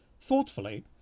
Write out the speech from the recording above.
Thoughtfully